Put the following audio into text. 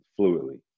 fluidly